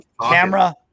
camera